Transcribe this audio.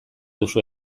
duzu